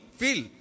feel